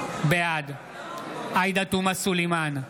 בעד עאידה תומא סלימאן,